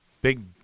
big